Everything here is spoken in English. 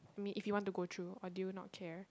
me if you want to go through or do you not care